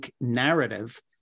narrative